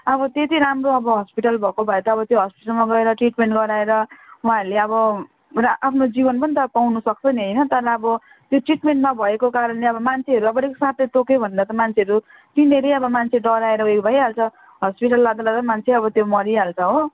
अब त्योचाहिँ राम्रो अब हस्पिटल भएको भए त अब त्यो हस्पिटलमा गएर ट्रिटमेन्ट गराएर उहाँहरूले अब आफ्नो जीवन पनि त पाउन सक्छ नि होइन तर अब त्यो ट्रिटमेन्ट नभएको कारणले अब मान्छेहरू अब साँपले टोक्यो भन्दा त मान्छेहरू त्यहीनेरि अब मान्छे डराएर उयो भइहाल्छ हस्पिटल लाँदा लाँदै मान्छे अब त्यो मरिहाल्छ हो